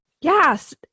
Yes